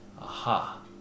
Aha